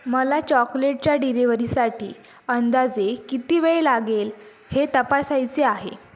मला चॉकलेटच्या डिलेवरीसाठी अंदाजे किती वेळ लागेल हे तपासायचे आहे